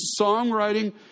songwriting